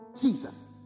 Jesus